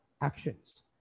actions